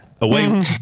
Away